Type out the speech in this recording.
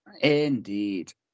Indeed